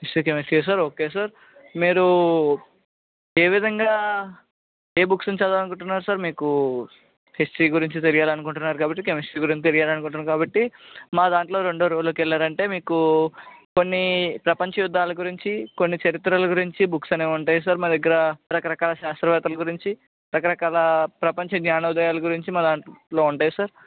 history కెమిస్ట్రీయా sir okay sir మీరూ ఏ విధంగా ఏ బుక్సుని చదవాలనుకుంటున్నారు సార్ మీకు హిస్టరీ గురించి తెలియాలనుకుంటున్నారు కాబట్టి కెమిస్ట్రీ గురించి తెలియాలనుకుంటున్నారు కాబట్టి మా దాంట్లో రెండో రోలోకి వెళ్ళారంటే మీకు కొన్ని ప్రపంచ యుద్ధాలు గురించి కొన్ని చరిత్రలు గురించి బుక్స్ అనేవి ఉంటాయి సార్ మా దగ్గర రకరకాల శాస్త్రవేతలు గురించి రకరకాల ప్రపంచ జ్ఞానోదయాల గురించి మా దాంట్లో ఉంటాయి సార్